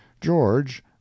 George